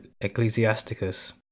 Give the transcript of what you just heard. Ecclesiasticus